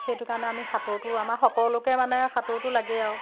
সেইটো কাৰণে আমি সাঁতোৰটো আমাৰ সকলোকে মানে সাঁতোৰটো লাগেই আৰু